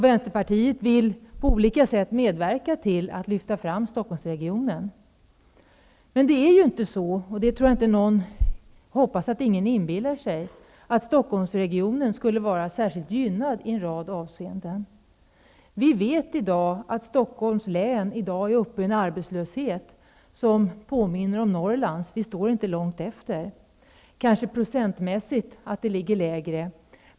Vänsterpartiet vill på olika sätt medverka till att lyfta fram Men jag hoppas att ingen inbillar sig att Stockholmsregionen skulle vara särskilt gynnad i en rad avseenden. Vi vet att arbetslösheten i Stockholms län i dag påminner om situationen i Norrland. Stockholm står inte långt efter. Kanske är arbetslösheten procentmässigt lägre.